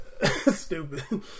stupid